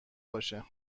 باشه